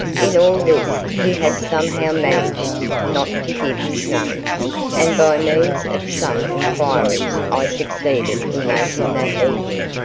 in all this he had somehow managed not to give his name and by means of some inquiries i succeeded in making that evening,